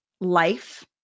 life